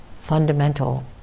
Fundamental